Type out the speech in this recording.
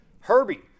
Herbie